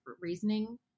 reasoning